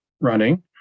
running